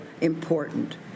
important